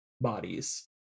bodies